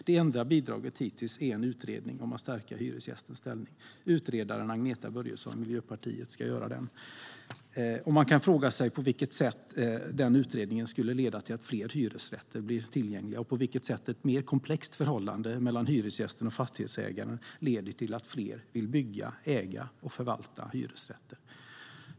Det enda bidraget hittills är en utredning om att stärka hyresgästens ställning. Utredaren är Agneta Börjesson från Miljöpartiet. Man kan fråga sig på vilket sätt den utredningen skulle leda till att fler hyresrätter blir tillgängliga och på vilket sätt ett mer komplext förhållande mellan hyresgästen och fastighetsägaren leder till att fler vill bygga, äga och förvalta hyresrätter.